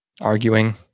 arguing